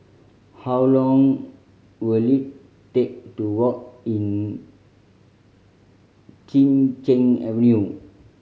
how long will it take to walk in Chin Cheng Avenue